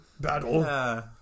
battle